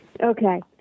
Okay